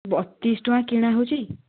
ବତିଶି ଟଙ୍କା କିଣା ହେଉଛି